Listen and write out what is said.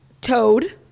Toad